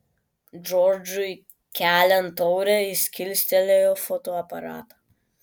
džordžui keliant taurę jis kilstelėjo fotoaparatą